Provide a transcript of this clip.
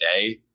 today